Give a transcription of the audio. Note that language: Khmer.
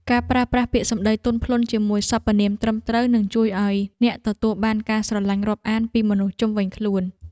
ការប្រើពាក្យសម្តីទន់ភ្លន់ជាមួយសព្វនាមត្រឹមត្រូវនឹងជួយឱ្យអ្នកទទួលបានការស្រឡាញ់រាប់អានពីមនុស្សជុំវិញខ្លួន។